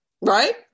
right